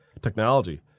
technology